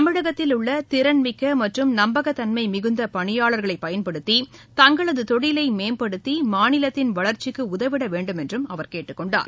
தமிழகத்தில் உள்ள திறன்மிக்க மற்றும் நம்பகத் தன்மை மிகுந்த பணியாளர்களை பயன்படுத்தி தங்களது தொழிலை மேம்படுத்தி மாநிலத்தின் வளர்ச்சிக்கு உதவிட வேண்டும் என்று அவர் கேட்டுக் கொண்டார்